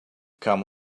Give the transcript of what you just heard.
come